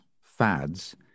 fads